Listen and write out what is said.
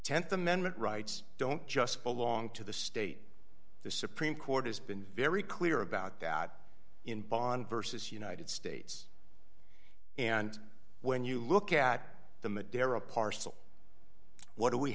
them th amendment rights don't just belong to the state the supreme court has been very clear about that in bond versus united states and when you look at the